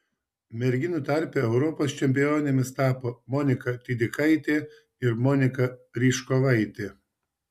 merginų tarpe europos čempionėmis tapo monika tydikaitė ir monika ryžkovaitė